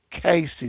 cases